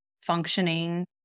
functioning